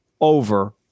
over